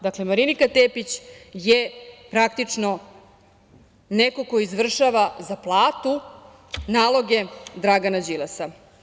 Dakle, Marinika Tepić je praktično neko ko izvršava za platu naloge Dragana Đilasa.